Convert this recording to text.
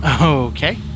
Okay